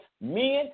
Men